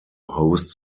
host